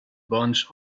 bunch